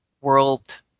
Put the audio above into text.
world